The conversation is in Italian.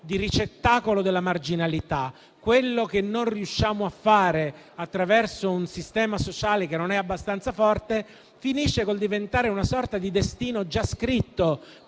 di ricettacolo della marginalità; quello che non riusciamo a fare attraverso un sistema sociale che non è abbastanza forte, finisce col diventare una sorta di destino già scritto